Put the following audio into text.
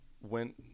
went